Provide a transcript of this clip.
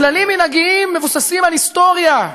כללים מנהגיים מבוססים על היסטוריה.